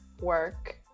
work